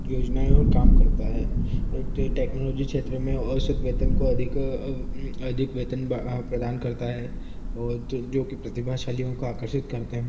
योजनाएँ और काम करता है टेक्नोलॉजी क्षेत्र में औसत वेतन को अधिक अधिक वेतन बह प्रदान करता है और जो जो कि प्रतिभाशालियों को आकर्षित करते हैं